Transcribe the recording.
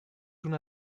una